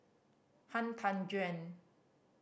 Han Tan Juan